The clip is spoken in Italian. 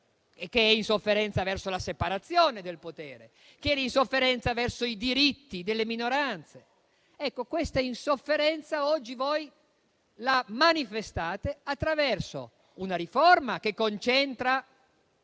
che è insofferenza verso la separazione del potere e i diritti delle minoranze. Questa insofferenza oggi la manifestate attraverso una riforma che concentra